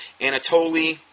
Anatoly